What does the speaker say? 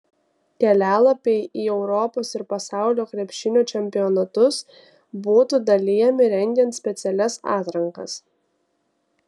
kelialapiai į europos ir pasaulio krepšinio čempionatus būtų dalijami rengiant specialias atrankas